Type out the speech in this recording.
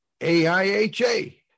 AIHA